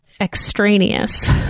extraneous